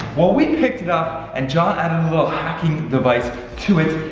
well we picked it up and john added a little hacking device to it.